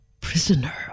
prisoner